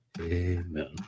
Amen